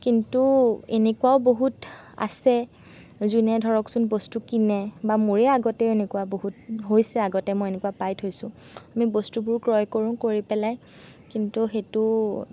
কিন্তু এনেকুৱাও বহুত আছে যোনে ধৰকচোন বস্তু কিনে বা মোৰে আগতে এনেকুৱা বহুত হৈছে আগতে মই এনেকুৱা পাই থৈছোঁ আমি বস্তুবোৰ ক্ৰয় কৰোঁ কৰি পেলাই কিন্তু সেইটো